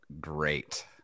great